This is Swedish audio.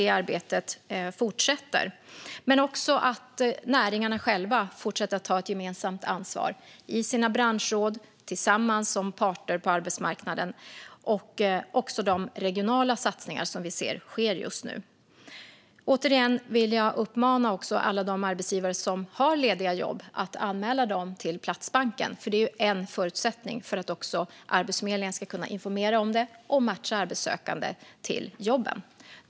Det är också viktigt att näringarna själva fortsätter att ta ett gemensamt ansvar i sina branschråd, tillsammans som parter på arbetsmarknaden och också i de regionala satsningar som vi ser sker just nu. Återigen vill jag uppmana alla de arbetsgivare som har lediga jobb att anmäla dem till Platsbanken, för det är en förutsättning för att Arbetsförmedlingen ska kunna informera om jobben och matcha arbetssökande till dem.